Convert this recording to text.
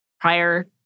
prior